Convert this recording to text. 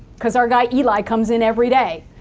because our guy eli comes in every day.